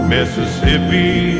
Mississippi